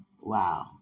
Wow